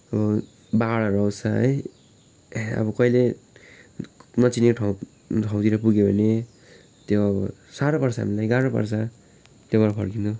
अब बाढहरू आउँछ है अब कहिल्यै नचिनेको ठाउँ ठाउँतिर पुगियो भने त्यो अब साह्रो पर्छ हामीलाई गाह्रो पर्छ त्यहाँबाट फर्किनु